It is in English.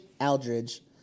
Aldridge